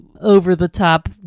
over-the-top